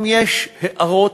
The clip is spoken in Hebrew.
אם יש הארות,